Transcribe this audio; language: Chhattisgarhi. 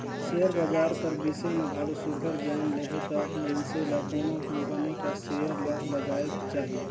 सेयर बजार कर बिसे में घलो सुग्घर जाएन लेहे तब मइनसे ल कोनो कंपनी कर सेयर ल लगाएक चाही